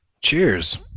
Cheers